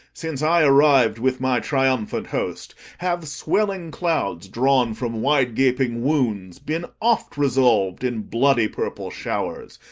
since i arriv'd with my triumphant host, have swelling clouds, drawn from wide-gaping wounds, been oft resolv'd in bloody purple showers,